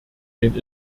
den